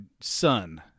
son